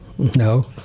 No